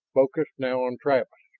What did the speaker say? focused now on travis.